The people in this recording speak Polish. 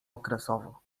okresowo